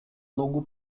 longo